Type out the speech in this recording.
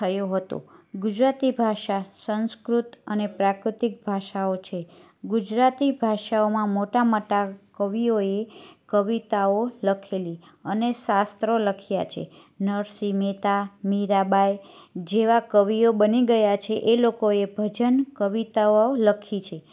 થયો હતો ગુજરાતી ભાષા સંસ્કૃત અને પ્રાકૃતિક ભાષાઓ છે ગુજરાતી ભાષાઓમાં મોટા મોટા કવિઓએ કવિતાઓ લખેલી અને શાસ્ત્રો લખ્યાં છે નરસિંહ મહેતા મીરા બાઈ જેવા કવિઓ બની ગયા છે એ લોકોએ ભજન કવિતાઓ લખી છે